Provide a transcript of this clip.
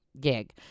gig